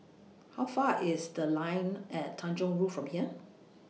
How Far IS The Line At Tanjong Rhu from here